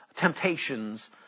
temptations